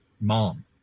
mom